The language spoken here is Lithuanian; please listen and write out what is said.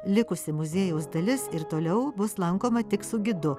likusi muziejaus dalis ir toliau bus lankoma tik su gidu